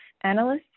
Analysts